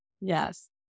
yes